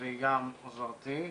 יצחק בוז'י הרצוג.